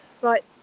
right